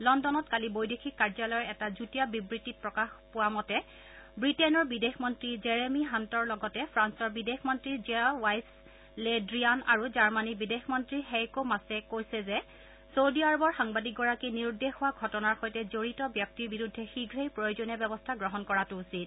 লণ্ডনত কালি বৈদেশিক কাৰ্যালয়ৰ এটা যুটীয়া বিবৃতিত প্ৰকাশ পোৱা মতে ৱিটেইনৰ বিদেশ মন্ত্ৰী জেৰেমি হাণ্টৰ লগতে ফ্ৰান্সৰ বিদেশ মন্ত্ৰী জ্যা' ৱাইভছ লে দ্ৰিয়ান আৰু জাৰ্মনীৰ বিদেশ মন্ত্ৰী হেইকো মাছে কৈছে যে চৌদি আৰবৰ সাংবাদিকগৰাকী নিৰুদ্দেশ হোৱা ঘটনাৰ সৈতে জড়িত ব্যক্তিৰ বিৰুদ্ধে শীঘ্ৰেই প্ৰয়োজনীয় ব্যৱস্থা গ্ৰহণ কৰাটো উচিত